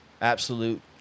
absolute